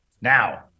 now